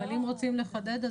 אבל אם רוצים לחדד אז